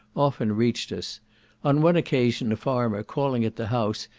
often reached us on one occasion a farmer calling at the house,